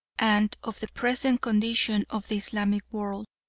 and of the present condition of the islamic world,